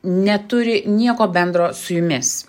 neturi nieko bendro su jumis